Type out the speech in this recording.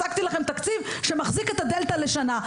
השגתי לכם תקציב שמחזיק את הדלתה לשנה.